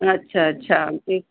अच्छा अच्छा ठीक